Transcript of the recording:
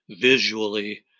visually